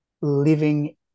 living